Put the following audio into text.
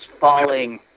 falling